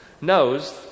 knows